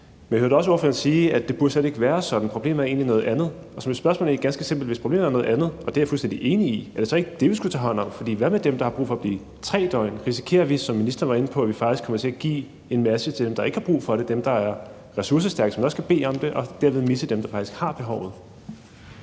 Men jeg hørte også ordføreren sige, at det slet ikke burde være sådan. Problemet er egentlig noget andet. Så mit spørgsmål er ganske simpelt: Hvis problemet er noget andet – og det er jeg fuldstændig enig i – er det så ikke det, vi skulle tage hånd om? For hvad med dem, der har brug for at blive i 3 døgn? Risikerer vi, som ministeren var inde på, at vi faktisk kommer til at give en masse til dem, der ikke har brug for det, dem, der er ressourcestærke, som også kan bede om det, og derved misse dem, der faktisk har behovet?